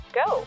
go